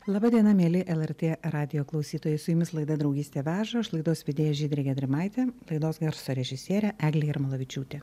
laba diena mieli lrt radijo klausytojai su jumis laida draugystė veža aš laidos vedėja žydrė gedrimaitė laidos garso režisierė eglė jarmolavičiūtė